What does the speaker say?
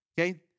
Okay